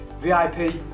VIP